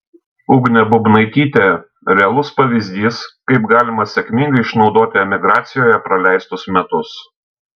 ugnė bubnaitytė realus pavyzdys kaip galima sėkmingai išnaudoti emigracijoje praleistus metus